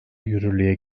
yürürlüğe